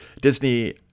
Disney